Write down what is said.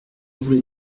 voulez